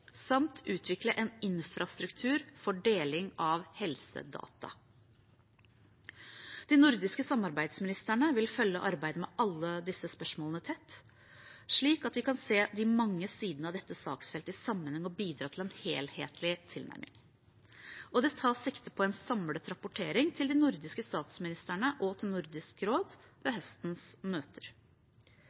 samt utvikle en infrastruktur for deling av helsedata. De nordiske samarbeidsministrene vil følge arbeidet med alle disse spørsmålene tett, slik at vi kan se de mange sidene av dette saksfeltet i sammenheng og bidra til en helhetlig tilnærming. Det tas sikte på en samlet rapportering til de nordiske statsministrene og til Nordisk råd ved høstens møter.